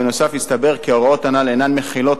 בנוסף, הסתבר כי ההוראות הנ"ל אינן מחילות